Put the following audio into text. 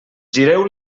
gireu